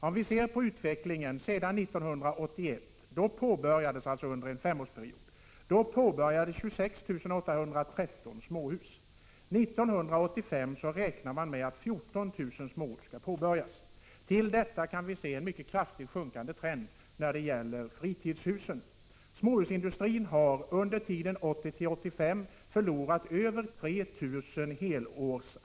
Om vi ser på utvecklingen sedan 1981, finner vi att 26 813 småhus påbörjades under denna femårsperiod. Man har räknat med att 14 000 småhus skall påbörjas 1985. Men trenden visar på kraftigt sjunkande siffror när det gäller fritidshusen. Under åren 1980-1985 har småhusindustrin förlorat över 3 000 helårsjobb.